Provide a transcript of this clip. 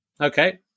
Okay